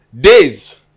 Days